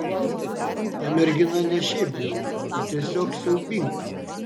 ta mergina ne šiaip bjauri ji tiesiog siaubinga